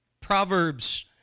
Proverbs